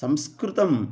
संस्कृतं